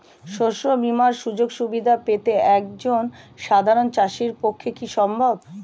শস্য বীমার সুযোগ সুবিধা পেতে একজন সাধারন চাষির পক্ষে কি সম্ভব?